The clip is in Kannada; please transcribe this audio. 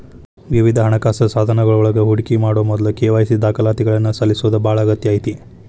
ವಿವಿಧ ಹಣಕಾಸ ಸಾಧನಗಳೊಳಗ ಹೂಡಿಕಿ ಮಾಡೊ ಮೊದ್ಲ ಕೆ.ವಾಯ್.ಸಿ ದಾಖಲಾತಿಗಳನ್ನ ಸಲ್ಲಿಸೋದ ಬಾಳ ಅಗತ್ಯ ಐತಿ